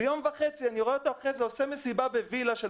ויום למחרת אני רואה אותו עושה מסיבה בוילה של